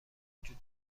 وجود